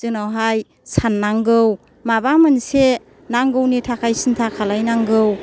जोंनावहाय साननांगौ माबा मोनसे नांगौनि थाखाय सिन्था खालामनांगौ